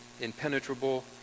impenetrable